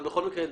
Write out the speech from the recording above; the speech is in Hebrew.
בכל מקרה,